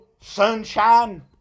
sunshine